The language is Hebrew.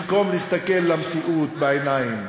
במקום להסתכל למציאות בעיניים,